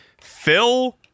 Phil